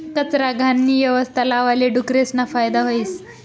कचरा, घाणनी यवस्था लावाले डुकरेसना फायदा व्हस